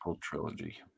trilogy